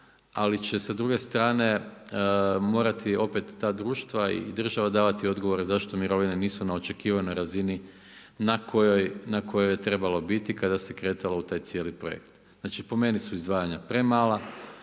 ali će sa druge strane morati opet ta društva i država davati odgovore zašto mirovine nisu na očekivanoj razini na kojoj je trebalo biti kada se kretalo u taj cijeli projekt. Znači, po meni su izdvajanja premala.